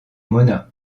mona